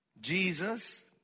Jesus